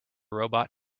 robot